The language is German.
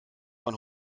man